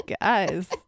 guys